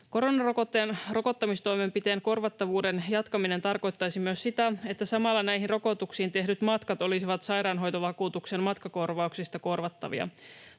Koronarokotteen rokottamistoimenpiteen korvattavuuden jatkaminen tarkoittaisi myös sitä, että samalla näihin rokotuksiin tehdyt matkat olisivat sairaanhoitovakuutuksen matkakorvauksista korvattavia.